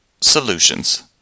solutions